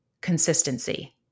consistency